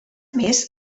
més